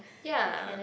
ya